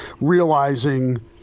realizing